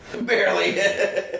Barely